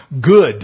good